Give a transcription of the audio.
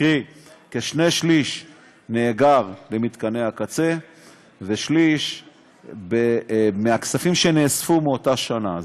קרי כשני שלישים נאגרים במתקני הקצה ושליש מהכספים שנאספו מאותה שנה,